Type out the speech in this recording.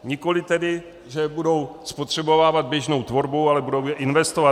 Nikoliv tedy že je budou spotřebovávat běžnou tvorbou, ale budou je investovat.